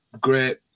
great